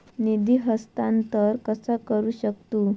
निधी हस्तांतर कसा करू शकतू?